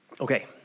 Okay